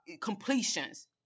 completions